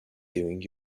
doing